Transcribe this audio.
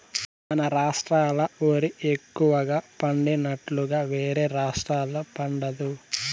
మన రాష్ట్రాల ఓరి ఎక్కువగా పండినట్లుగా వేరే రాష్టాల్లో పండదు